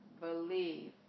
Believe